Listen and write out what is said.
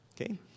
Okay